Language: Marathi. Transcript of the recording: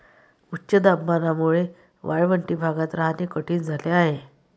उच्च तापमानामुळे वाळवंटी भागात राहणे कठीण झाले आहे